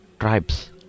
Tribes